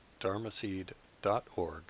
dharmaseed.org